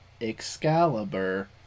Excalibur